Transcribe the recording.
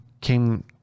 came